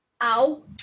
ow